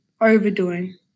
overdoing